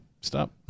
stop